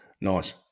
Nice